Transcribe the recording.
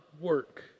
work